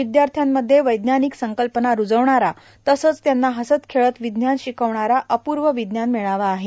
विद्यार्थ्यांमध्ये वैजानिक संकल्पना रुजविणारा तसंच त्यांना हसत खेळत विज्ञान शिकविणारा अपूर्व विज्ञान मेळावा आहे